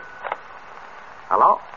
Hello